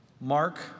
Mark